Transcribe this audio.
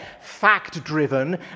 fact-driven